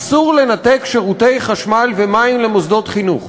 אסור לנתק שירותי חשמל ומים למוסדות חינוך.